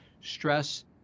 stress